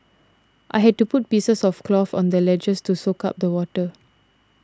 I had to put pieces of cloth on the ledges to soak up the water